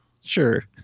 Sure